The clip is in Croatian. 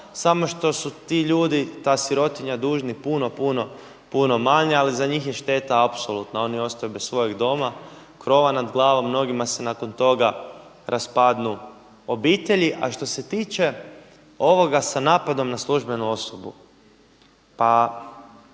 samo što su ti ljudi, ta sirotinja dužno puno, puno, puno manje ali za njih je šteta apsolutna, oni ostaju bez svoga doma, krova nad glavom mnogima se nakon toga raspadnu obitelji. A što se tiče ovoga sa napadom na službenu osobu, pa